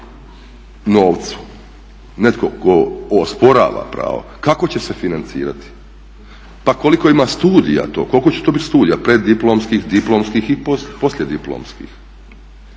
novcu, netko tko osporava pravo, kako će se financirati, pa koliko ima studija to, koliko će to bit studija preddiplomskih, diplomskih i poslijediplomskih,